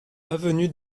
avenue